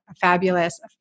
fabulous